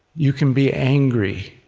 you can be angry,